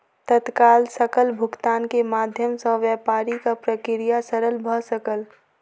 तत्काल सकल भुगतान के माध्यम सॅ व्यापारिक प्रक्रिया सरल भ सकल